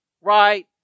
right